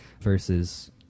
versus